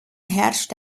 herrscht